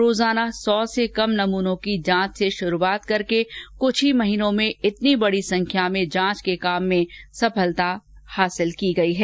प्रतिदिन सौ से कम नमुनों की जांच से शुरूआत करके कुछ ही महीनों में इतनी बडी संख्या में जांच के काम में सफलता प्राप्त की गई है